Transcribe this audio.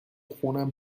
خونم